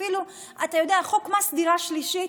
אפילו חוק מס דירה שלישית,